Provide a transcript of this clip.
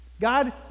God